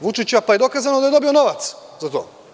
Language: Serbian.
Vučića, pa je dokazano da je dobio novac za to.